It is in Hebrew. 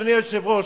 אדוני היושב-ראש,